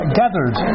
gathered